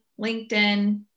LinkedIn